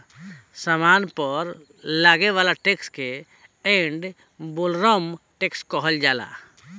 सामान पर लागे वाला टैक्स के एड वैलोरम टैक्स कहल जाला